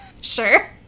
sure